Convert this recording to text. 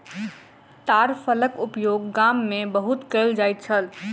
ताड़ फलक उपयोग गाम में बहुत कयल जाइत छल